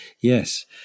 Yes